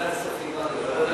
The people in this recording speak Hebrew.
ההצעה להעביר את